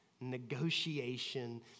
negotiation